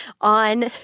on